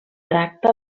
tracta